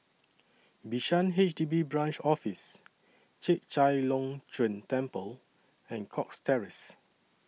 Bishan H D B Branch Office Chek Chai Long Chuen Temple and Cox Terrace